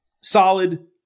solid